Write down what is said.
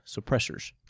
suppressors